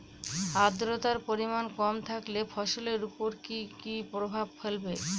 আদ্রর্তার পরিমান কম থাকলে ফসলের উপর কি কি প্রভাব ফেলবে?